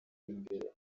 imbere